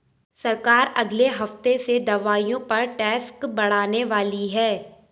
सरकार अगले हफ्ते से दवाइयों पर टैक्स बढ़ाने वाली है